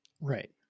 Right